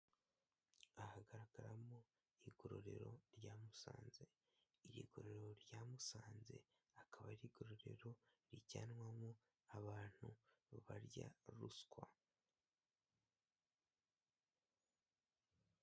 Aha hagaragaramo igororero rya Musanze, iri gororero rya Musanze akaba ari gororero rijyanwamo abantu barya ruswa.